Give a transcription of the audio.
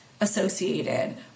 associated